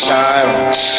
silence